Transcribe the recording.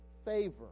favor